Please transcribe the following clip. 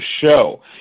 show